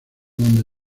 donde